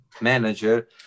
manager